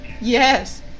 Yes